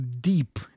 deep